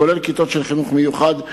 כולל כיתות של חינוך מיוחד,